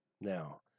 Now